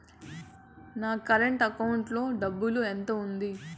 నా current account లో డబ్బులు ఎంత ఉంది?